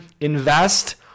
invest